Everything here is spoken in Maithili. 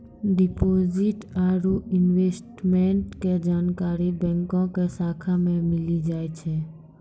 डिपॉजिट आरू इन्वेस्टमेंट के जानकारी बैंको के शाखा मे मिली जाय छै